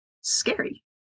scary